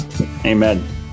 amen